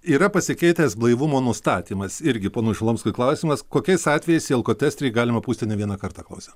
yra pasikeitęs blaivumo nustatymas irgi ponui šalomskui klausimas kokiais atvejais alkotesterį galima pūsti ne vieną kartą klausia